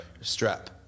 strap